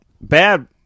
bad